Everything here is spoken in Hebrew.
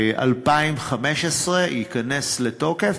ב-2015 ייכנס לתוקף,